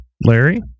Larry